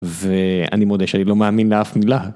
ואני מודה שאני לא מאמין לאף מילה.